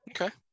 Okay